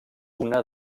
una